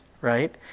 right